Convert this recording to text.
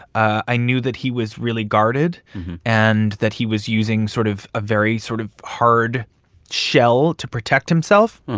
i knew that he was really guarded and that he was using sort of a very sort of hard shell to protect himself.